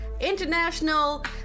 International